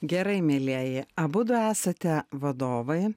gerai mielieji abudu esate vadovai